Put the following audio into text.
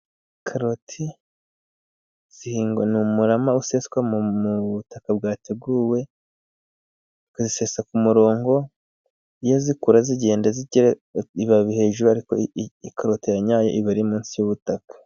Karoti zihingwa ni umurama useswa mu butaka bwateguwe, ukazisesa ku murongo. Iyo zikura zigenda zigira ibabi hejuru, ariko ikoroti ya nyayo iba iri munsi y'ubutaka.